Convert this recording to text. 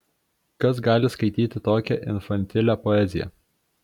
kas gali skaityti tokią infantilią poeziją